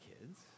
kids